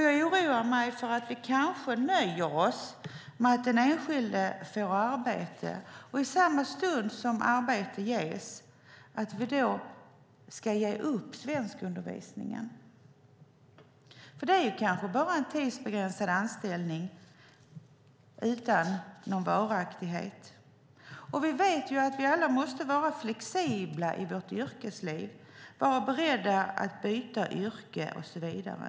Jag oroar mig för att vi kanske nöjer oss med att den enskilde får arbete och att vi ger upp svenskundervisningen i samma stund som arbete ges. Det kanske bara är en tidsbegränsad anställning utan varaktighet, och vi måste alla vara flexibla i vårt yrkesliv, vara beredda att byta yrke och så vidare.